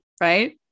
right